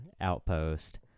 outpost